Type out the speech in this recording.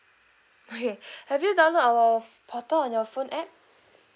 okay have you download our portal on your phone app